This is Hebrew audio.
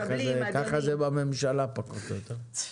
ככה זה בממשלה פחות או יותר.